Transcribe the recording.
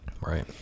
right